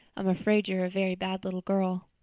i'm afraid you are a very bad little girl.